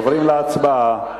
עוברים להצבעה.